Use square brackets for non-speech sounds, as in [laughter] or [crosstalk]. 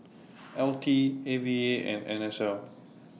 [noise] L T A V A and N S L